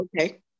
okay